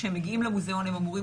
כשהם מגיעים למוזיאונים הם אמורים